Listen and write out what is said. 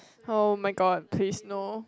oh-my-god please no